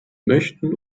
möchten